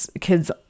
kids